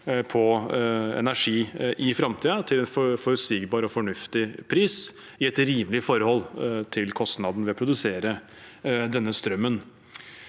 på energi i framtiden til en forutsigbar og fornuftig pris, i et rimelig forhold til kostnaden ved å produsere denne strømmen.